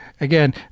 again